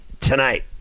tonight